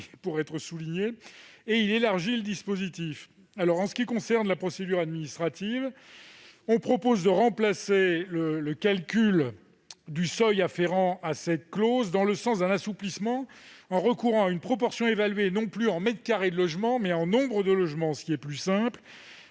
pour être souligné ; ensuite, il vise à élargir le dispositif. En ce qui concerne la procédure administrative, nous proposons de remplacer le calcul du seuil afférent à cette clause dans le sens d'un assouplissement, en recourant à une proportion évaluée non plus en mètres carrés de logements, mais en nombre de logements, ce qui est plus simple.